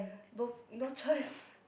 bo no choice